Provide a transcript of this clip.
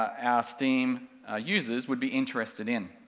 our ah steam users would be interested in.